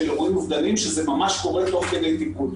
אירועים אובדניים שזה ממש קורה תוך כדי טיפול,